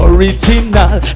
Original